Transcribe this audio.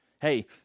hey